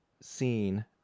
scene